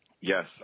yes